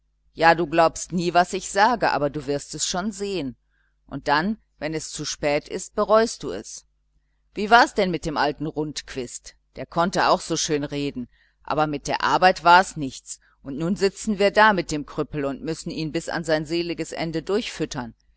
ja du glaubst nie was ich sage aber du wirst es schon sehen und dann wenn es zu spät ist bereust du es wie wars denn mit dem alten rundquist der konnte auch so schön reden aber mit der arbeit wars nichts und nun sitzen wir da mit dem krüppel und müssen ihn bis an sein seliges ende durchfüttern